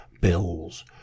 bills